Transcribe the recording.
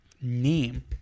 name